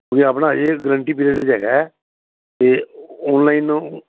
ਉਹ ਆਪਣਾ ਅਜੇ ਗਰੰਟੀ ਪੀਰੀਅਡ 'ਚ ਹੈਗਾ ਤੇ ਆਨਲਾਈਨ